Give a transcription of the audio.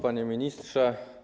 Panie Ministrze!